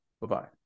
Bye-bye